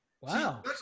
Wow